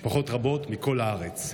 משפחות רבות מכל הארץ.